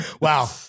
Wow